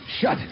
Shut